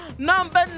number